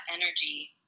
energy